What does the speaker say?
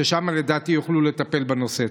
שם לדעתי יוכלו לטפל בנושא.